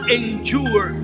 endure